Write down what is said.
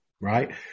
right